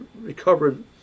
recovered